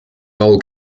bowl